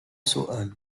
سؤال